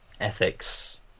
ethics